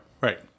Right